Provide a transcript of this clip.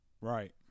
right